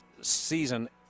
season